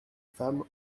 femmes